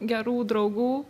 gerų draugų